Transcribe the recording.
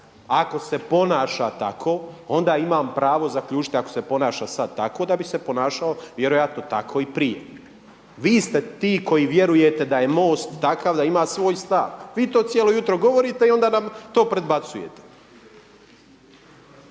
Ako se ponaša tako onda imam pravo zaključiti ako se ponaša sada tako da bi se ponašao vjerojatno tako i prije. Vi ste ti koji vjerujete da je MOST takav da ima svoj …, vi to cijelo jutro govorite i onda nam to predbacujete.